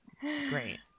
Great